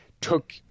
took